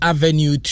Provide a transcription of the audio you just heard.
Avenue